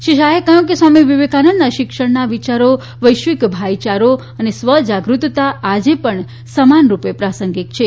શ્રી શાહે કહ્યું કે સ્વામી વિવેકાનંદના શિક્ષણના વિયારો વૈશ્વિક ભાઇયારો અને સ્વજાગૃતતા આજે પણ સમાનરૂપે પ્રાસંગિક છે